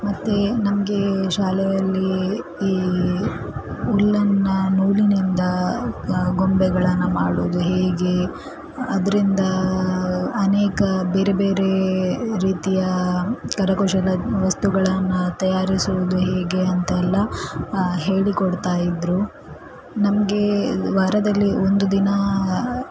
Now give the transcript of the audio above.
ಮತ್ತು ನಮಗೆ ಶಾಲೆಯಲ್ಲಿ ಈ ಉಲ್ಲನ್ನ ನೂಲಿನಿಂದ ಗೊಂಬೆಗಳನ್ನು ಮಾಡುವುದು ಹೇಗೆ ಅದರಿಂದ ಅನೇಕ ಬೇರೆ ಬೇರೆ ರೀತಿಯ ಕರಕುಶಲ ವಸ್ತುಗಳನ್ನು ತಯಾರಿಸುವುದು ಹೇಗೆ ಅಂತ ಎಲ್ಲ ಹೇಳಿಕೊಡ್ತಾ ಇದ್ದರು ನಮಗೆ ವಾರದಲ್ಲಿ ಒಂದು ದಿನ